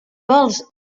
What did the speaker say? vols